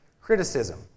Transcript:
criticism